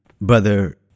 brother